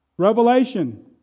Revelation